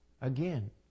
Again